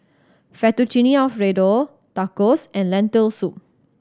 Fettuccine Alfredo Tacos and Lentil Soup